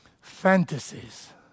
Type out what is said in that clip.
Fantasies